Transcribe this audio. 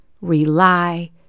rely